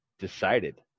decided